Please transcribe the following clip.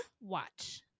watch